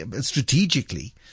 strategically